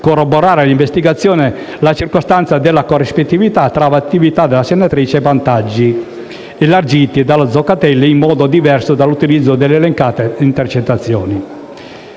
corroborare investigativamente la circostanza della corrispettività fra attività della senatrice e vantaggi elargiti dallo Zoccatelli in modo diverso dall'utilizzo delle elencate intercettazioni